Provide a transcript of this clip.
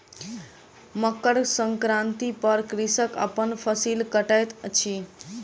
मकर संक्रांति पर कृषक अपन फसिल कटैत अछि